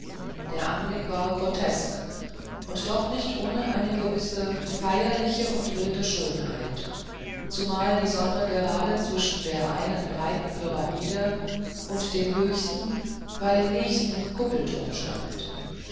der anblick war grotesk und doch nicht ohne eine gewisse feierliche und wilde schönheit zumal die sonne gerade zwischen der einen breiten pyramide und dem höchsten weil nächsten kuppelturm stand